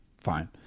fine